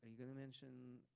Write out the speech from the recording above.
going to mention